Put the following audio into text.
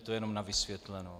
To jenom na vysvětlenou.